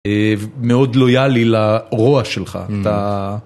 מאוד לויאלי לרוע שלך. אתה